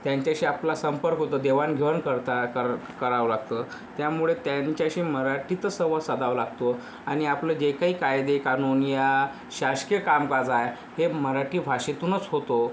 त्यांच्याशी आपला संपर्क होतो देवाण घेवाण करतात करा करावं लागतं त्यामुळे त्यांच्याशी मराठीतच संवाद साधावा लागतो आणि आपले जे काही कायदे कानून या शासकीय कामकाज आहे हे मराठी भाषेतूनच होतो